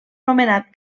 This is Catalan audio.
nomenat